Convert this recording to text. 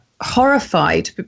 horrified